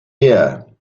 here